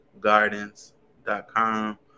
gardens.com